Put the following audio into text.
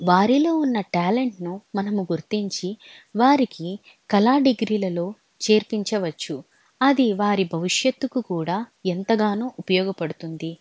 వారిలో ఉన్న ట్యాలెంట్ను మనము గుర్తించి వారికి కళాడిగ్రీలలో చేర్పించవచ్చు అది వారి భవిష్యత్తుకు కూడా ఎంతగానో ఉపయోగపడుతుంది